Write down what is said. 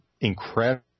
incredible